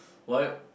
why